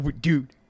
Dude